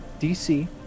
DC